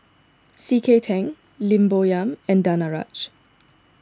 C K Tang Lim Bo Yam and Danaraj